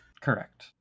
Correct